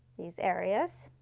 these areas.